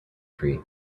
tree